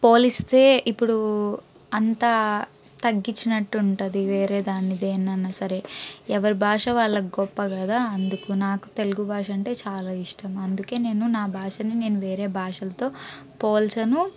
పోలిస్తే ఇప్పుడు అంతా తగ్గిచ్చినట్టు ఉంటుంది వేరే దాన్ని దేని అన్నా సరే ఎవ్వరి భాష వాళ్ళకి గొప్ప గదా అందుకు నాకు తెలుగు భాష అంటే చాలా ఇష్టం అందుకే నేను నా భాషని నేను వేరే భాషలతో పోల్చను